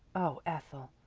oh, ethel,